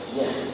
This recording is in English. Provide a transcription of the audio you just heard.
yes